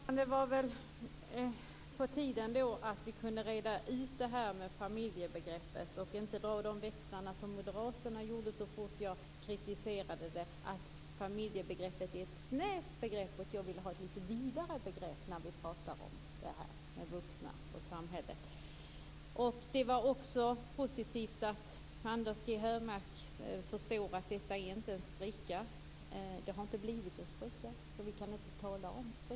Fru talman! Det var väl på tiden att vi kunde reda ut familjebegreppet och inte dra de växlar som Moderaterna gjorde så fort jag kritiserade att familjebegreppet är ett snävt begrepp och att jag ville ha ett lite vidare begrepp när vi talar om vuxna och samhället. Det var också positivt att Anders G Högmark förstod att detta inte är någon spricka. Det har inte blivit en spricka. Därför kan vi inte tala om en spricka.